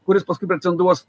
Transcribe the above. kuris paskui pretenduos